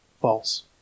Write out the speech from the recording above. false